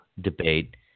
debate